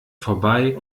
vorbei